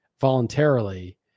voluntarily